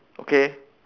okay